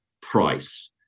price